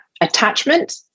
attachment